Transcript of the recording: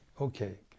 Okay